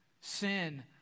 Sin